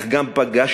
אך גם פגשתי,